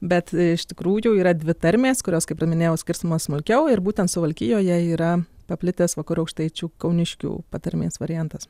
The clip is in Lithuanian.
bet iš tikrųjų yra dvi tarmės kurios kaip ir minėjau skirstomos smulkiau ir būtent suvalkijoje yra paplitęs vakarų aukštaičių kauniškių patarmės variantas